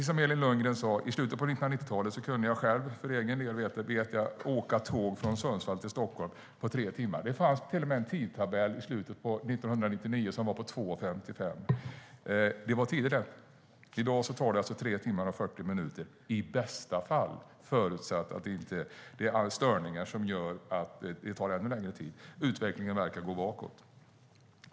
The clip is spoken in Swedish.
Som Elin Lundgren sade kunde man i slutet av 1990-talet - jag vet det för egen del - åka tåg från Sundsvall till Stockholm på tre timmar. Det fanns till och med en tidtabell i slutet av 1999 som innebar att man reste på 2 timmar och 55 minuter. Det var tider det. I dag tar det 3 timmar och 40 minuter, i bästa fall, förutsatt att det inte är störningar som gör att det tar ännu längre tid. Utvecklingen verkar gå bakåt.